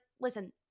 listen